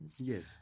Yes